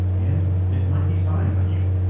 and it might be spying on you.